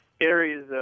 areas